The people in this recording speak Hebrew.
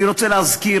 אני רוצה להזכיר,